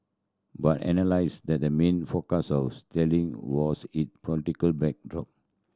but analyst said the main focus of sterling was it political backdrop